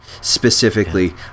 specifically